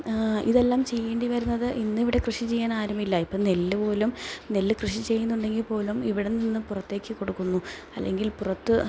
ഇതെല്ലാം ചെയ്യേണ്ടിവരുന്നത് ഇന്നിവിടെ കൃഷി ചെയ്യാൻ ആരുമില്ല ഇപ്പം നെല്ലുപോലും നെല്ല് കൃഷിചെയ്യുന്നുണ്ടെങ്കിൽപ്പോലും ഇവിടെ നിന്ന് പുറത്തേക്ക് കൊടുക്കുന്നു അല്ലെങ്കിൽ പുറത്ത്